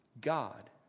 God